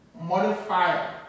modifier